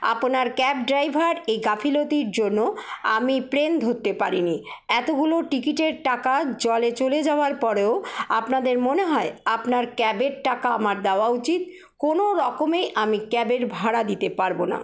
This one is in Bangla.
আপনার ক্যাব ড্রাইভার এই গাফিলতির জন্য আমি প্লেন ধরতে পারিনি এতোগুলো টিকিটের টাকা জলে চলে যাওয়ার পরেও আপনাদের মনে হয় আপনাদের ক্যাবের টাকা আমার দাওয়া উচিৎ কোনোরকমে আমি ক্যাবের ভাড়া দিতে পারব না